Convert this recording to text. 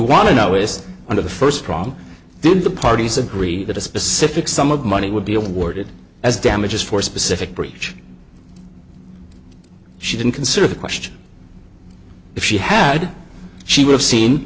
to know is one of the first prong did the parties agree that a specific sum of money would be awarded as damages for specific breach she didn't consider the question if she had she would have seen